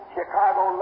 Chicago